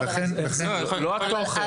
לא התוכן.